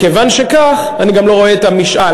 מכיוון שכך אני גם לא רואה את המשאל.